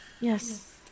yes